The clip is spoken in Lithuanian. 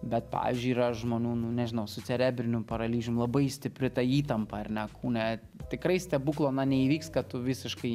bet pavyzdžiui yra žmonių nu nežinau su cerebrinium paralyžium labai stipri ta įtampa ar ne kūne tikrai stebuklo na neįvyks kad tu visiškai